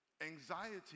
Anxiety